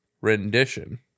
rendition